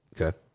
okay